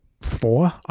Four